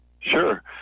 Sure